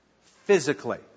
physically